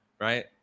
right